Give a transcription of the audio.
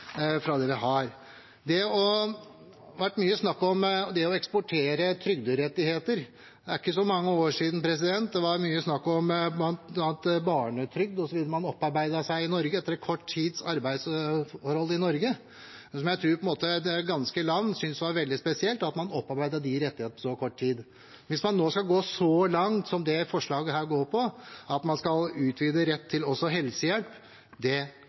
fra det vi har. Det har vært mye snakk om det å eksportere trygderettigheter. Det er ikke så mange år siden det var mye snakk om barnetrygd, at man opparbeidet seg rett til det etter å ha hatt et kort arbeidsforhold i Norge. Det tror jeg det ganske land syntes var veldig spesielt, at man opparbeidet seg de rettighetene på så kort tid. At man skal gå så langt som man gjør i dette forslaget, at man også skal utvide retten til helsehjelp, det